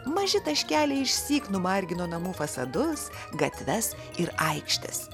maži taškeliai išsyk numargino namų fasadus gatves ir aikštes